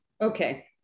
Okay